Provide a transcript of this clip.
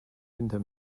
hinter